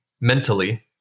mentally